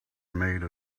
made